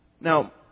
Now